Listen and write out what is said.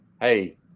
hey